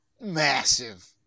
massive